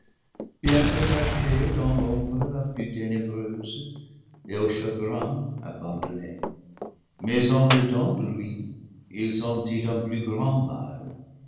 bien que caché dans l'ombre la plus ténébreuse et au chagrin abandonné mais en dedans de lui il sentit un plus grand mal